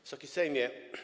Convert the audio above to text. Wysoki Sejmie!